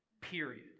period